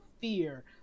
fear